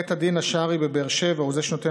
בית המשפט השרעי בבאר שבע הוא שנותן